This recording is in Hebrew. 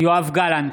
יואב גלנט,